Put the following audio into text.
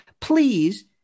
Please